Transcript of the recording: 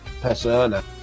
Persona